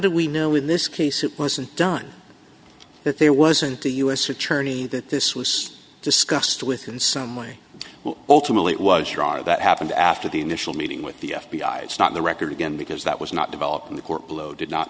do we know in this case it wasn't done that there wasn't a u s attorney that this was discussed with in some way ultimately it was wrong or that happened after the initial meeting with the f b i it's not the record again because that was not developed in the court below did not